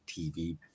TV